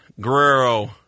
Guerrero